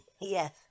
yes